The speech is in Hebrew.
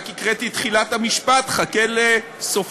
רק הקראתי את תחילת המשפט, חכה לסופו.